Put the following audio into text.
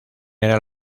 era